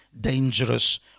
dangerous